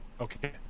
Okay